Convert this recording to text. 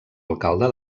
alcalde